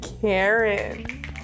Karen